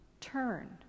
Turn